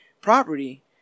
property